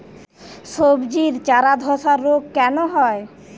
সবজির চারা ধ্বসা রোগ কেন হয়?